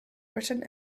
written